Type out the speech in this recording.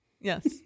Yes